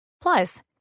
Plus